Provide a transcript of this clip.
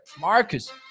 Marcus